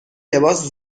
لباس